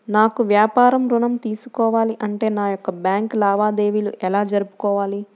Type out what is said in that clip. నాకు వ్యాపారం ఋణం తీసుకోవాలి అంటే నా యొక్క బ్యాంకు లావాదేవీలు ఎలా జరుపుకోవాలి?